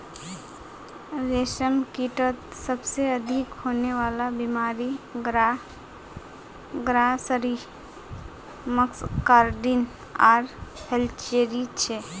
रेशमकीटत सबसे अधिक होने वला बीमारि ग्रासरी मस्कार्डिन आर फ्लैचेरी छे